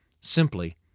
simply